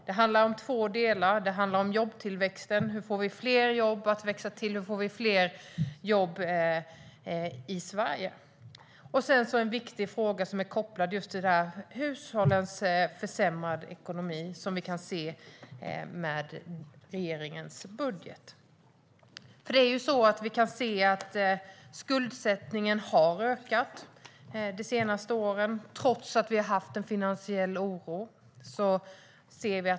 Det handlar om två delar: Det är jobbtillväxten - hur vi får fler jobb att växa till i Sverige - och sedan har vi en viktig fråga som är kopplad till det, nämligen den försämring av hushållens ekonomi som vi ser blir följden av regeringens budget. Vi ser att skuldsättningen har ökat de senaste åren, trots att vi har haft en finansiell oro.